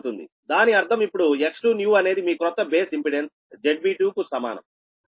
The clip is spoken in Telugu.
దాని అర్థం ఇప్పుడు X2new అనేది మీ క్రొత్త బేస్ ఇంపెడెన్స్ ZB2 కు సమానం